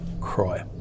Croy